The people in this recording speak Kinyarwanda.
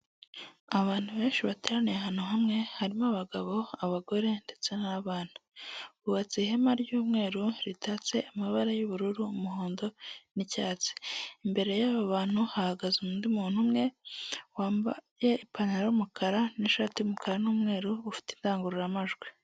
Abantu benshi bateraniye ahantu hamwe, harimo abagabo, abagore ndetse n'abana. Hubatse ihema ry'umweru, ritatse amabara y'ubururu, umuhondo n'icyatsi. Imbere y'abo bantu hahagaze undi muntu umwe, wambaye ipantaro y'umukara n'ishati y'umukara n'umweru, ufite indangururamajwi.